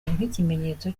nk’ikimenyetso